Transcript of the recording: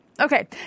okay